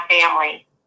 family